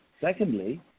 Secondly